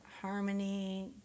harmony